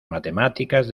matemáticas